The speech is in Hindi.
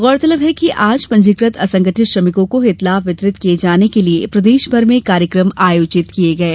गौरतलब है कि आज पंजीकृत असंगठित श्रमिकों को हितलाभ वितरित किये जाने के लिये प्रदेशभर में कार्यक्रम आयोजित किये गये